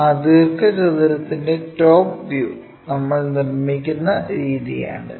ആ ദീർഘചതുരത്തിന്റെ top view നമ്മൾ നിർമ്മിക്കുന്ന രീതിയാണിത്